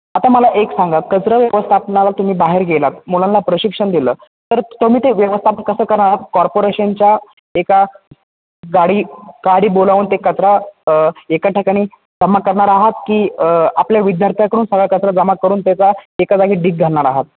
आता मला एक सांगा कचरा व्यवस्थापनाला तुम्ही बाहेर गेलात मुलांना प्रशिक्षण दिलं तर तुम्ही ते व्यवस्थापन कसं करा आहात कॉर्पोरेशनच्या एका गाडी गाडी बोलावून ते कचरा एका ठिकाणी जमा करणार आहात की आपल्या विद्यार्थ्याकडून सगळा कचरा जमा करून त्याचा एका जागी ढीग घालणार आहात